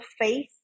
faith